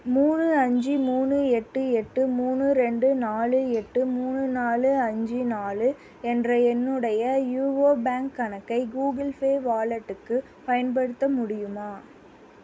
மூணு அஞ்சு மூணு எட்டு எட்டு மூணு ரெண்டு நாலு எட்டு மூணு நாலு அஞ்சு நாலு என்ற எண்ணுடைய யூகோ பேங்க் கணக்கை கூகிள் ஃபே வாலெட்டுக்கு பயன்படுத்த முடியுமா